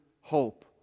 hope